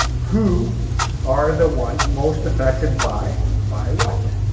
who are the ones most affected by, by what?